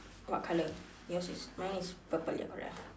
what color yours is mine is purple ya correct ah